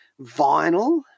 vinyl